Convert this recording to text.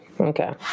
Okay